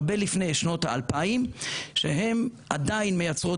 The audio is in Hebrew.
הרבה לפני שנות ה-2000 שהן עדיין מייצרות